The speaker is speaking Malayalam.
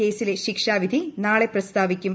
കേസിലെ ശിക്ഷാറിപ്പിധി നാളെ പ്രസ്താവിക്കും